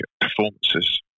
performances